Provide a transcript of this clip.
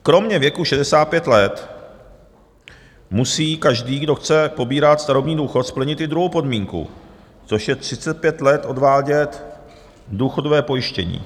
Kromě věku 65 let musí každý, kdo chce pobírat starobní důchod, splnit i druhou podmínku, což je 35 let odvádět důchodové pojištění.